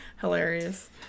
Hilarious